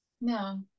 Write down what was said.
No